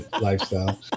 lifestyle